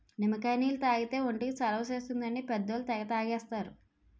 నిమ్మకాయ నీళ్లు తాగితే ఒంటికి చలవ చేస్తుందని పెద్దోళ్ళు తెగ తాగేస్తారు